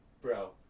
Bro